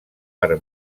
per